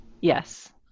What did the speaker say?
yes